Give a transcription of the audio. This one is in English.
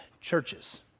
churches